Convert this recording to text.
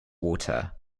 water